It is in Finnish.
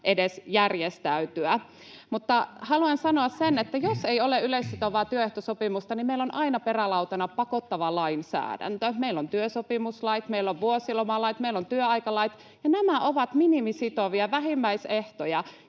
edes järjestäytyä. Mutta haluan sanoa sen, että jos ei ole yleissitovaa työehtosopimusta, niin meillä on aina perälautana pakottava lainsäädäntö. Meillä on työsopimuslait, meillä on vuosilomalait, meillä on työaikalait, ja nämä ovat minimisitovia vähimmäisehtoja,